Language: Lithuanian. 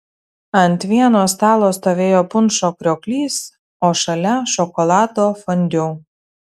ant vieno stalo stovėjo punšo krioklys o šalia šokolado fondiu